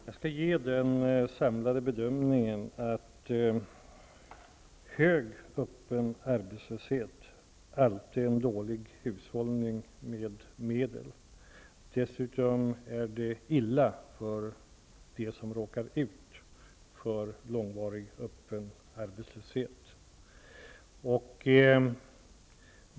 Herr talman! Jag skall ge den samlade bedömningen, att hög öppen arbetslöshet alltid är dålig hushållning med medlen. Dessutom är det illa för dem som råkar ut för en långvarig öppen arbetslöshet.